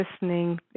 listening